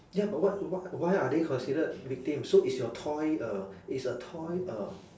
ya but what what why are they considered victims so is your toy a is a toy a